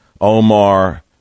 Omar